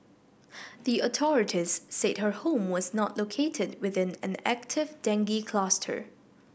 the authorities said her home was not located within an active dengue cluster